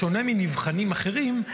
בשונה ממבחנים אחרים,